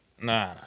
Nah